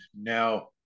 now